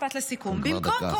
אנחנו כבר דקה אחרי.